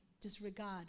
disregard